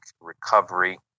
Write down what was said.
recovery